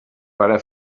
pare